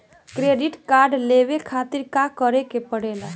Credit card लेवे के खातिर का करेके पड़ेला?